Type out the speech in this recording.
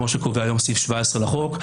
כמו שקובע היום סעיף 17 לחוק.